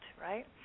right